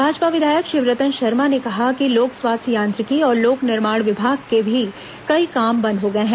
भाजपा विधायक शिवरतन शर्मा ने कहा कि लोक स्वास्थ्य यांत्रिकी और लोक निर्माण विभाग के भी कई काम बंद हो गए हैं